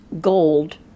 gold